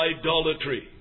idolatry